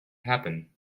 happen